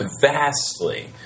vastly